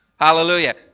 Hallelujah